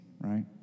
right